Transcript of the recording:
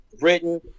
written